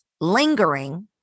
lingering